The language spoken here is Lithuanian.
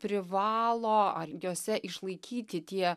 privalo ar jose išlaikyti tie